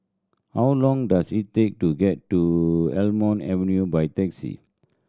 how long does it take to get to Almond Avenue by taxi